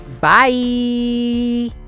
bye